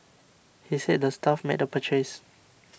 he said the staff made the purchase